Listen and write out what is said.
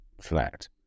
flat